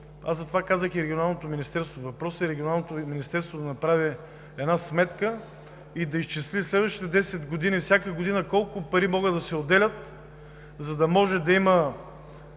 Затова казах и за Регионалното министерство. Въпросът е Регионалното министерство да направи една сметка и да изчисли през следващите десет години – всяка година, колко пари могат да се отделят, за да може да има